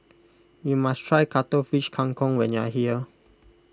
you must try Cuttlefish Kang Kong when you are here